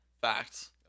Facts